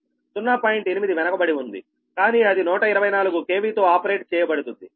8 వెనుకబడి ఉందికానీ అది 124 KV తో ఆపరేట్ చేయబడుతుంది